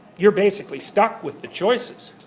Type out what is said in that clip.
you're basically stuck with the choices.